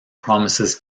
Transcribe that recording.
promises